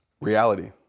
Reality